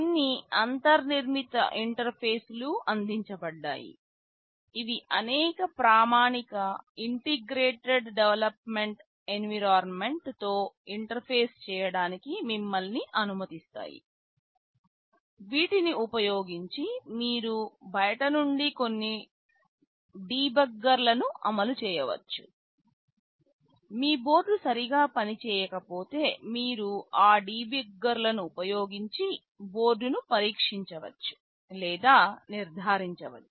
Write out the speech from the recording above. కొన్ని అంతర్ నిర్మిత ఇంటర్ఫేస్లు అందించబడ్డాయి ఇవి అనేక ప్రామాణిక ఇంటిగ్రేటెడ్ డెవలప్మెంట్ ఎన్విరాన్మెంట్లతో ఇంటర్ఫేస్ చేయడానికి మిమ్మల్ని అనుమతిస్తాయి వీటిని ఉపయోగించి మీరు బయటి నుండి కొన్ని డీబగ్గర్లను అమలు చేయవచ్చు మీ బోర్డు సరిగా పనిచేయకపోతే మీరు ఆ డీబగ్గర్లను ఉపయోగించి బోర్డును పరీక్షించవచ్చు లేదా నిర్ధారించవచ్చు